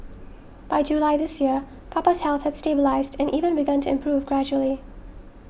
by July this year Papa's health had stabilised and even begun to improve gradually